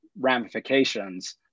ramifications